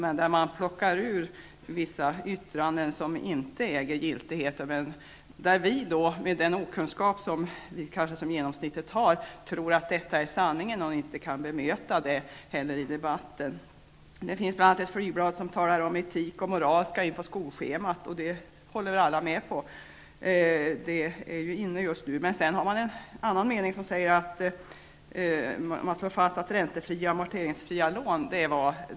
I verkligheten plockar man ut vissa yttranden som inte äger giltighet. Med den okunskap som genomsnittet kanske har kan vi då tro att detta är sanningen. Därför kan det vara svårt att bemöta detta i debatten. Det finns bl.a. ett flygblad som talar om att etik och moral skall in på skolschemat, och det håller alla med om. Etik och moral är inne just nu. Sedan slår man i en annan mening fast att flyktingarna har fått ränte och amorteringsfria lån.